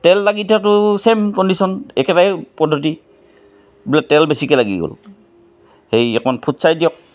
তেল লাগি এতিয়াতো ছেইম কণ্ডিশ্যন একেটাই পদ্ধতি বোলে তেল বেছিকৈ লাগি গ'ল হেৰি অকণমান ফুটছাই দিয়ক